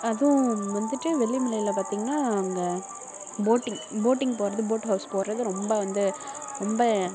அதுவும் வந்துவிட்டு வெள்ளிமலையில் பார்த்திங்கனா அங்கே போட்டிங் போட்டிங் போகிறது போட் ஹவுஸ் போகிறது ரொம்ப வந்து ரொம்ப